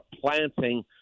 planting